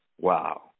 wow